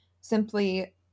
simply